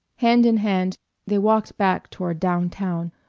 hand in hand they walked back toward down-town,